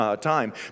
time